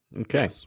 Okay